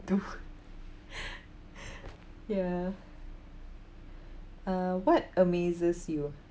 to ya uh what amazes you